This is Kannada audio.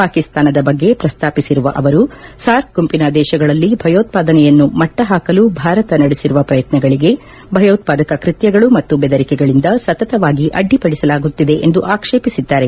ಪಾಕಿಸ್ತಾನದ ಬಗ್ಗೆ ಪ್ರಸ್ತಾಪಿಸಿರುವ ಅವರು ಸಾರ್ಕ್ ಗುಂಪಿನ ದೇತಗಳಲ್ಲಿ ಭಯೋತ್ಪಾದನೆಯನ್ನು ಮಟ್ಟಹಾಕಲು ಭಾರತ ನಡಸಿರುವ ಪ್ರಯತ್ನಗಳಿಗೆ ಭಯೋತ್ಪಾದಕ ಕೃತ್ವಗಳು ಮತ್ತು ಬೆದರಿಕೆಗಳಿಂದ ಸತತವಾಗಿ ಅಡ್ಡಿಪಡಿಸಲಾಗುತ್ತಿದೆ ಎಂದು ಆಕ್ಷೇಪಿಸಿದ್ದಾರೆ